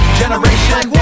generation